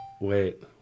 Wait